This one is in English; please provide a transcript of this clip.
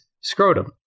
scrotum